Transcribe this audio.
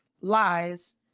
lies